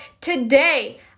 today